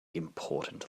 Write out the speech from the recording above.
important